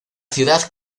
ciudad